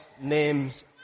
names